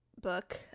book